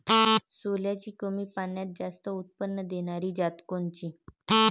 सोल्याची कमी पान्यात जास्त उत्पन्न देनारी जात कोनची?